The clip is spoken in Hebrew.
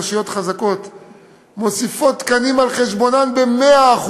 רשויות חזקות מוסיפות תקנים על חשבונן ב-100%,